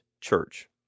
church